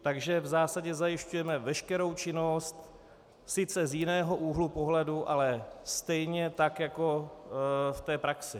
Takže v zásadě zajišťujeme veškerou činnost, sice z jiného úhlu pohledu, ale stejně tak jako v té praxi.